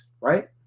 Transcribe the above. right